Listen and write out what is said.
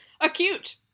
acute